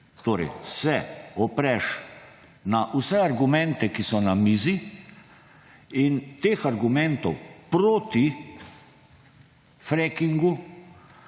Torej, se opreš na vse argumente, ki so na mizi, in teh argumentov proti frackingu